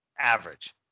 average